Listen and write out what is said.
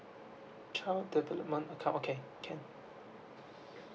child development account okay can